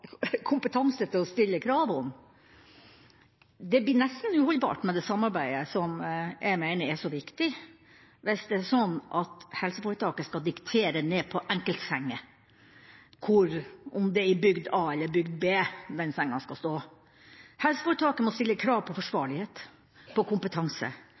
kompetanse til å stille krav om. Det blir nesten uholdbart med det samarbeidet som jeg mener er så viktig hvis det er sånn at helseforetaket skal diktere ned på enkeltsenger – om det er i bygd A eller bygd B den senga skal stå. Helseforetaket må stille krav om forsvarlighet, om kompetanse,